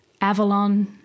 Avalon